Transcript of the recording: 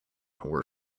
were